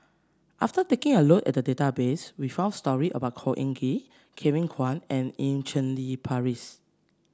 after taking a look at the database we found story about Khor Ean Ghee Kevin Kwan and Eu Cheng Li Phyllis